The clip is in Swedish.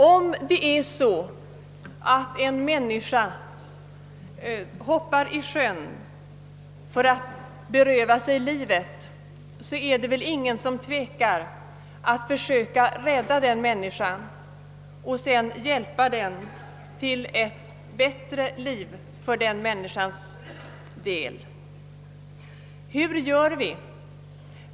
Om en människa hoppar i sjön för att beröva sig livet tvekar väl ingen att försöka rädda den människan och sedan hjälpa honom eller henne till ett bättre liv. Hur gör vi i detta fall?